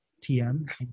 TM